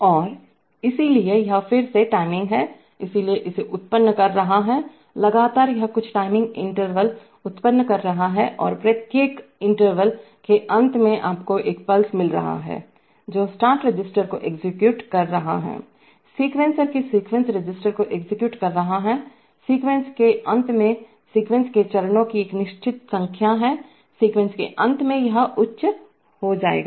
और इसलिए यह फिर से टाइमिंग है इसलिए इसे उत्पन्न कर रहा है लगातार कुछ टाइमिंग इंटरवल उत्पन्न कर रहा है और प्रत्येक अंतरालइंटरवल के अंत में आपको एक पल्स मिल रहा है जो स्टार्ट रजिस्टर को एग्जीक्यूट कर रहा है सीक्वेंसर के सीक्वेंस रजिस्टर को एग्जीक्यूट कर रहा है सीक्वेंस के अंत में सीक्वेंस के चरणों की एक निश्चित संख्या है सीक्वेंस के अंत में यह उच्च हो जाएगा